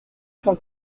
cent